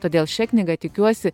todėl šia knyga tikiuosi